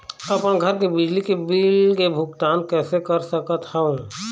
अपन घर के बिजली के बिल के भुगतान कैसे कर सकत हव?